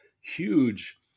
huge